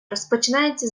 розпочинається